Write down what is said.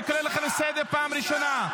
אני קורא אותך לסדר פעם ראשונה.